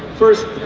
first, the